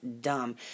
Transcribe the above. dumb